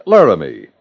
Laramie